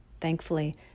Thankfully